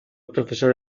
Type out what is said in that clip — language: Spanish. profesor